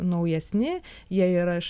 naujesni jie yra iš